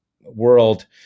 world